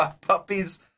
Puppies